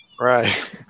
Right